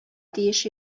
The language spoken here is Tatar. тиеш